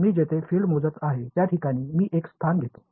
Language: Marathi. मी जेथे फिल्ड मोजत आहे त्या ठिकाणी मी एक स्थान घेतो